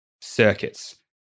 circuits